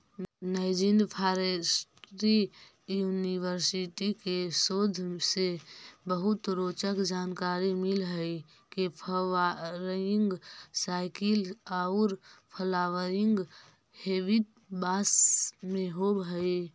Nanjing forestry university के शोध से बहुत रोचक जानकारी मिल हई के फ्वावरिंग साइकिल औउर फ्लावरिंग हेबिट बास में होव हई